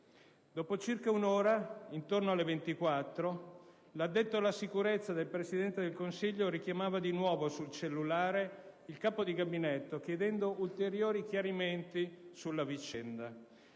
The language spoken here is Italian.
Dopo circa un'ora, intorno alle ore 24, l'addetto alla sicurezza del Presidente del Consiglio richiamava di nuovo sul cellulare il capo di gabinetto chiedendo ulteriori chiarimenti sulla vicenda.